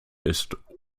ist